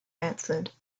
answered